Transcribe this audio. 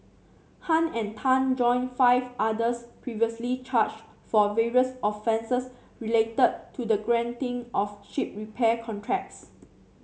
Tan and Tan join five others previously charged for various offences related to the granting of ship repair contracts